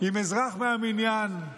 עם אזרח מן המניין,